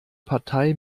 partei